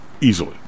easily